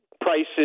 prices